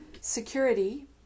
security